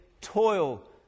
toil